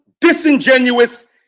disingenuous